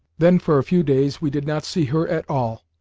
then for a few days we did not see her at all,